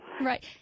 Right